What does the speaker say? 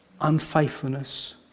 unfaithfulness